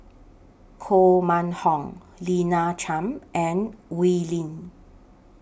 Koh Mun Hong Lina Chiam and Oi Lin